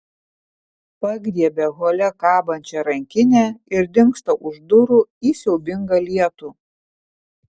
pagriebia hole kabančią rankinę ir dingsta už durų į siaubingą lietų